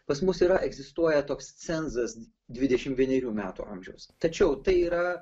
pas mus yra egzistuoja toks cenzas dvidešimt vienerių metų amžiaus tačiau tai yra